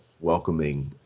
welcoming